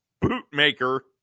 bootmaker